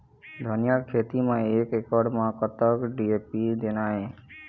धनिया के खेती म एक एकड़ म कतक डी.ए.पी देना ये?